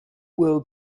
will